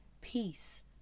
peace